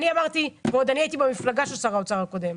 אני עוד הייתי במפלגה של שר האוצר הקודם,